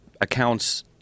accounts